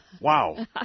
Wow